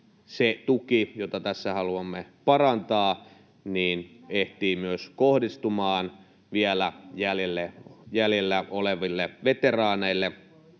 se tuki, jota tässä haluamme parantaa, ehtii myös kohdistumaan vielä jäljellä oleville veteraaneille,